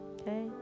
okay